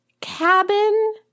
cabin